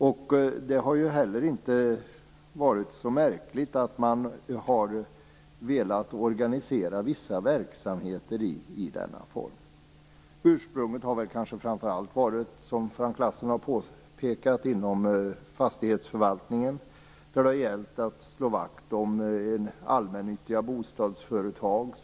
Det har heller inte varit så märkligt att man har velat organisera vissa verksamheter i denna form. Ursprunget har kanske framför allt varit - som Frank Lassen har påpekat - inom fastighetsförvaltningen. Det har gällt att slå vakt om allmännyttiga bostadsföretag.